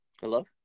Hello